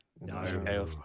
No